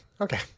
Okay